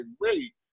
wait